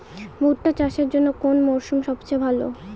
ভুট্টা চাষের জন্যে কোন মরশুম সবচেয়ে ভালো?